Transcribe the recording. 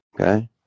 Okay